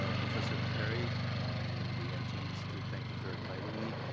ah professor perry and the yenching institute. thank you for inviting me.